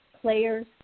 players